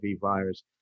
virus